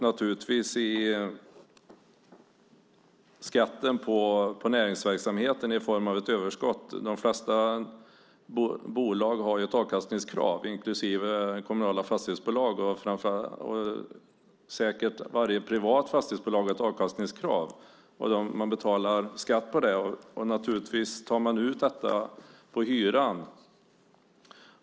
Naturligtvis tas skatten på näringsverksamheten ut på ett överskott. De flesta bolag har ett avkastningskrav inklusive kommunala fastighetsbolag, och säkert har varje privat fastighetsbolag ett avkastningskrav. Man betalar skatt på avkastningen, och naturligtvis tar man ut det på hyran.